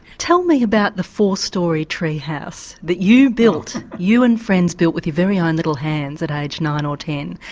tell me about the four-storey tree house that you built, you and friends built with your very own little hands at age nine or ten.